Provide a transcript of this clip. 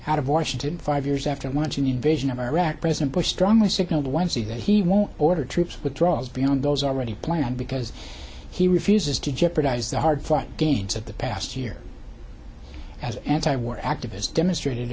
out of washington five years after launching the invasion of iraq president bush strongly signaled once he that he won't order troops withdrawals beyond those already planned because he refuses to jeopardize the hard fought gains of the past year as anti war activists demonstrated